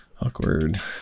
Awkward